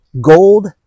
gold